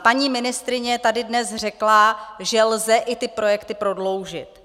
Paní ministryně tady dnes řekla, že lze projekty i prodloužit.